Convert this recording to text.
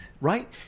right